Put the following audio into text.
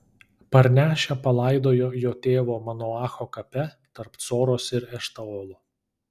parnešę palaidojo jo tėvo manoacho kape tarp coros ir eštaolo